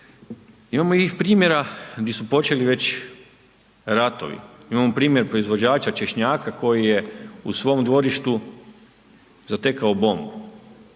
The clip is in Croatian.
Imamo i primjera di su počeli već ratovi. Imamo primjer proizvođača češnjaka koji je u svom dvorištu zatekao bombu,